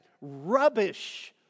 rubbish